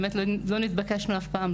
באמת לא התבקשנו אף פעם,